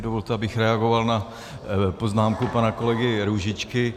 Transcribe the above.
Dovolte, abych reagoval na poznámku pana kolegy Růžičky.